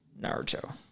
Naruto